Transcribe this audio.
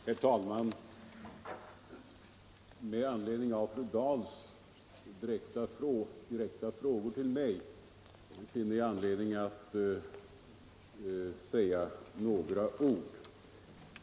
Herr talman! Med anledning av fru Dahls direkta fråga till mig vill jag säga några ord.